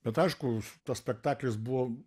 bet aišku tas spektaklis buvo